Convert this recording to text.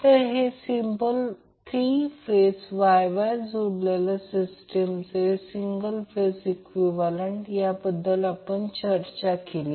तर हे simple three phase Y Y जोडलेल्या सिस्टीमचे सिंगल फेज इक्विवलेंट ज्याबद्दल आपण चर्चा केली